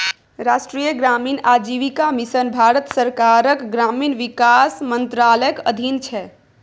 राष्ट्रीय ग्रामीण आजीविका मिशन भारत सरकारक ग्रामीण विकास मंत्रालयक अधीन छै